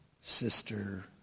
sister